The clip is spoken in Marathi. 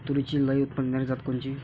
तूरीची लई उत्पन्न देणारी जात कोनची?